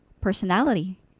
personality